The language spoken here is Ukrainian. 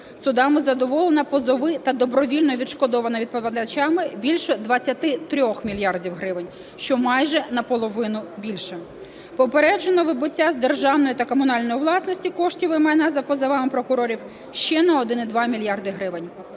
Судами задоволено позови та добровільно відшкодовано відповідачами більше 23 мільярдів гривень, що майже наполовину більше. Попереджено вибуття з державної та комунальної власності коштів і майна за позовами прокурорів ще на 1,2 мільярди гривень.